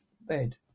bed